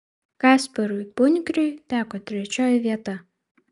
kasparui punkriui teko trečioji vieta